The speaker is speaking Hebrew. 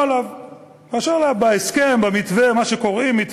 באחוזים הכי גבוהים בשירות